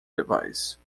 device